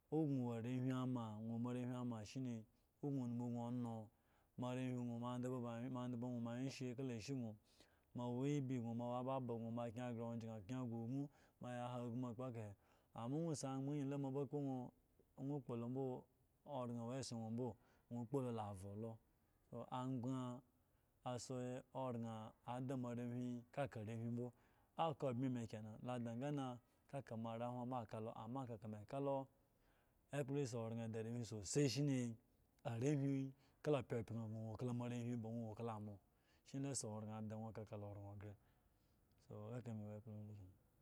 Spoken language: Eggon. Wo mo rehwima Wo mo rehwima shine owo sno onum gun ono mo arehwi sno mo ademba gno mo awye gno mo awye kala ashe gno mo awo ei gno mo kye mo kye gre ubi mo ya ha fum agbo eka he ambo nwo si angban ayin la mo ba kpo nwo gbo lo mbo oran owo esson gno mbo gbolo la avlo to anyban asi oran ada mo arehwi akaka arechwi mbo oka bmi kena da dangana kaka are whu akalo ambo kaka me kalo eme yasi oran da arehwi mo arehwi gno wo kala ma shine asi owalama ada na oka ya ozan gre